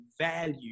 value